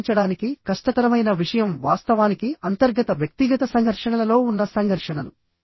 పరిష్కరించడానికి కష్టతరమైన విషయం వాస్తవానికి అంతర్గత వ్యక్తిగత సంఘర్షణలలో ఉన్న సంఘర్షణలు